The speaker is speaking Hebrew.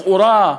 לכאורה,